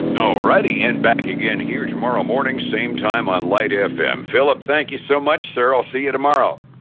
all righty and back again here tomorrow morning, same time on lite fm. phillip thank you so much, sir, i'll see you tomorrow.